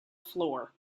floor